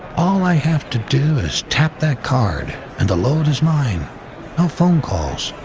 all i have to do is tap that card and the load is mine. no phone calls,